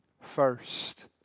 First